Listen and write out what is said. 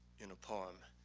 in a poem.